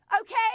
okay